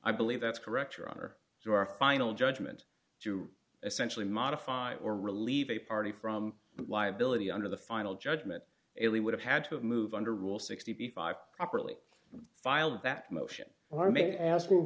i believe that's correct your honor to our final judgment to essentially modify or relieve a party from liability under the final judgment ailie would have had to move under rule sixty five properly filed that motion or may ask wh